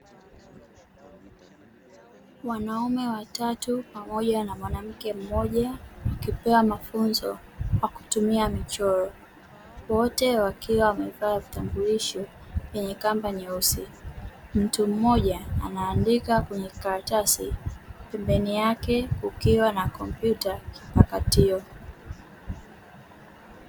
Wanaume watatu pamoja na mwanamke mmoja, wakipewa mafunzo kwa kutumia mchoro, wote wakiwa wamevaa vitambulisho vyenye kamba nyeusi. Mtu mmoja anaandika kwenye karatasi, pembeni yake kukiwa na kompyuta mpakato.